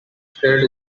shared